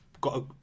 got